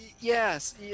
Yes